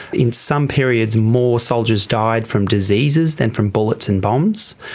in some periods more soldiers died from diseases than from bullets and bombs,